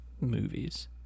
Movies